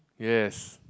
yes